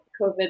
COVID